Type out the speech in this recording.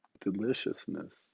deliciousness